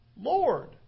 Lord